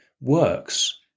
works